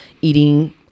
eating